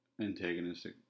antagonistic